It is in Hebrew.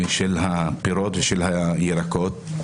של הפירות ושל הירקות.